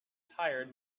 tired